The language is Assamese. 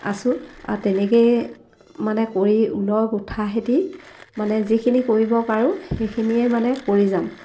আছো আৰু তেনেকৈয়ে মানে কৰি ঊলৰ গোঁঠাৰে দি মানে যিখিনি কৰিব পাৰোঁ সেইখিনিয়ে মানে কৰি যাম